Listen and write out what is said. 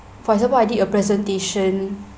for example I did a presentation